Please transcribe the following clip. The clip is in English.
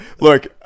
look